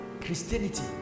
Christianity